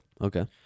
Okay